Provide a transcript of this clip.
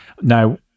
Now